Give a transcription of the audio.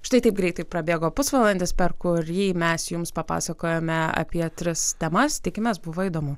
štai taip greitai prabėgo pusvalandis per kurį mes jums papasakojome apie tris temas tikimės buvo įdomu